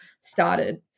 started